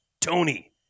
Tony